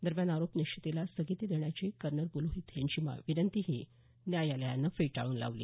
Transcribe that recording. दरम्यान आरोप निश्चितीला स्थगिती देण्याची कर्नल प्रोहितची विनंतीही न्यायालयानं फेटाळून लावली